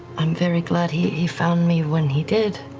um very glad he he found me when he did.